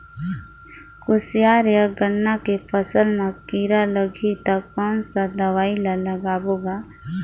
कोशियार या गन्ना के फसल मा कीरा लगही ता कौन सा दवाई ला लगाबो गा?